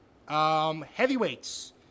Heavyweights